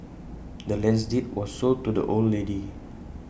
the land's deed was sold to the old lady